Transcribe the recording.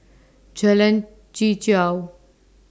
Jalan Chichau